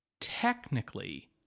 technically